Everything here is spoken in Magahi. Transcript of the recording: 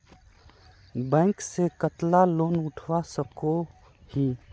बैंक से कतला लोन उठवा सकोही?